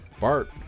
Bart